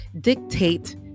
dictate